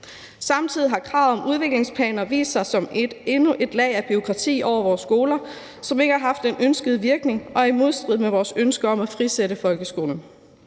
Samtidig har kravet om udviklingsplaner vist sig som endnu et lag af bureaukrati over vores skoler, som ikke har haft den ønskede virkning, og som er i modstrid med vores ønske om at frisætte folkeskolen.